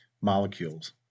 molecules